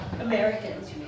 Americans